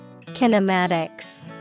Kinematics